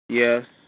Yes